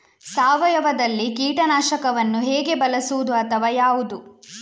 ಸಾವಯವದಲ್ಲಿ ಕೀಟನಾಶಕವನ್ನು ಹೇಗೆ ಬಳಸುವುದು ಅಥವಾ ಯಾವುದು?